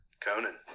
conan